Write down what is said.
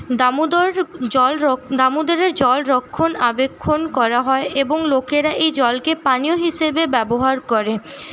দামোদর জল দামোদরের জল রক্ষণাবেক্ষণ করা হয় এবং লোকেরা এই জলকে পানীয় হিসেবে ব্যবহার করে